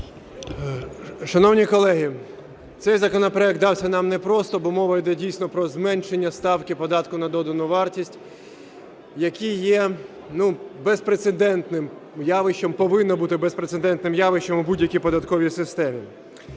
Шановні колеги, цей законопроект дався нам не просто, бо мова іде дійсно про зменшення ставки податку на додатну вартість, який є безпрецедентним явищем, повинно бути безпрецедентним явищем у будь-якій податковій системі.